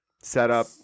setup